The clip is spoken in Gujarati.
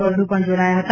ફળદુ પણ જોડાયા હતા